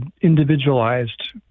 individualized